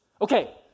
Okay